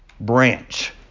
branch